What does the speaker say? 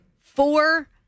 Four